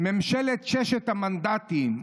ממשלת ששת המנדטים.